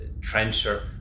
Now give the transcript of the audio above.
trencher